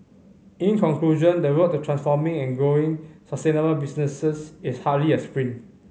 in conclusion the road to transforming and growing sustainable businesses is hardly a sprint